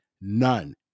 None